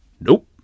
Nope